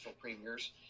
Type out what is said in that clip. premiers